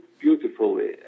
beautifully